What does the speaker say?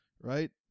Right